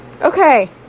Okay